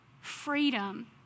freedom